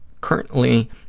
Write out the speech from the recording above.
currently